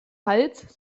hals